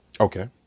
okay